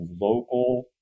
local